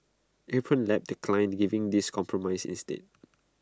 Apron Lab declined giving this compromise instead